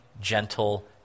gentle